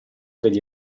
degli